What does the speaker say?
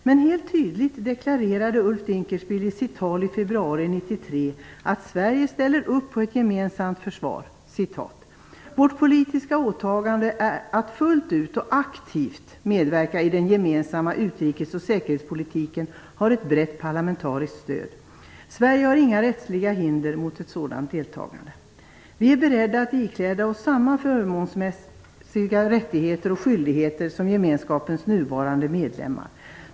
Men helt tydligt deklarerade Ulf Dinkelspiel i sitt tal i februari 1993 att Sverige ställer upp på ett gemensamt försvar: "Vårt politiska åtagande att fullt ut och aktivt medverka i den gemensamma utrikes och säkerhetspolitiken har ett brett parlamentariskt stöd. Sverige har inga rättsliga hinder mot ett sådant deltagande. Vi är beredda att ikläda oss samma fördragsmässiga rättigheter och skyldigheter som Gemenskapens nuvarande medlemmar.